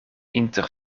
inter